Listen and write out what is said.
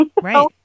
Right